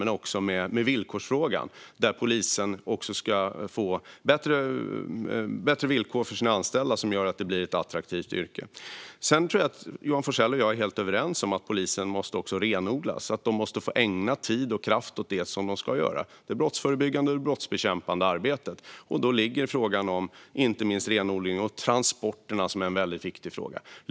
De anställda ska också få bättre villkor så att det blir ett attraktivt yrke. Jag tror att Johan Forssell och jag är helt överens om att polisen måste renodlas och få ägna tid och kraft åt det polisen ska göra, nämligen det brottsförebyggande och det brottsbekämpande arbetet. Därför är frågan om renodling och inte minst transporter viktig.